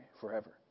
forever